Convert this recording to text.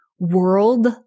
World